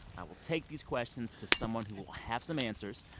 i will take these questions to someone who will have some answers.